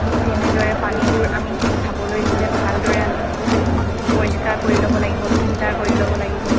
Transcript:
ঠিক তেনেদৰে পানীবোৰ আমি খাবলৈ হ'লে ভালদৰে আমি পৰিষ্কাৰ কৰি ল'ব লাগিব ফিল্টাৰ কৰি ল'ব লাগিব